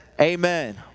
Amen